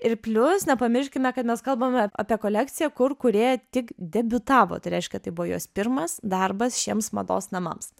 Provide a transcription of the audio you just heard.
ir plius nepamirškime kad mes kalbame apie kolekciją kur kūrėja tik debiutavo tai reiškia tai buvo jos pirmas darbas šiems mados namams